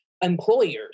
employers